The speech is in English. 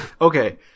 Okay